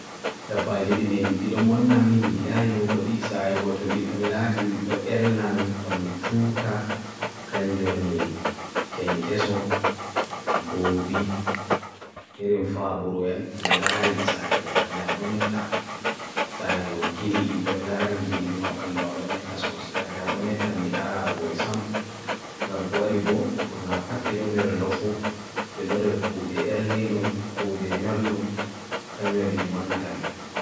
Dabbaji ɗi monnatami ni kanju tomi laari ɗi ɓernde am do metta no ɓuri yimɓe ndiyam ɗiɗi ko ngoodi, sabu ɗum waɗi e fittaare e wawtorde. Kenkso ɓe ɗon rewɓe ɓe yeeyii, sabu ɓe ndiyam e ɗuum rewɓe e naange tuma, ɓe ndiyam fuu e keeke e keere. Rat ɓe ɗon rewɓe ɓe ndiyam e nyeññi e ceedu, tee ɓe jogii ladde sabu ɓe woodi e lekki e fittaare. Leeche ɓe ɓuri ndiyam, sabu ɓe nduɗi ndiyam e ndiyam rewɓe e duttu, tee ɓe jogi jam mo waawan fitta. Maggot ɓe jogi ndiyam e keeke ɓen, tee yaande e daande makko no waawan yeeyde. Tapeworm ɓe rewɓe waɗi laawol kadi e buto, ɓe ndiyam rewɓe ka ɓe jogi e nyaami, tee ɓe jogii cuɓoraaɗo. Housefly ɓe ndiyam sabu ɓe waawi hoɗde e dum ɗuum ndiyam e keeke, e ɗum waɗi rewɓe fitta.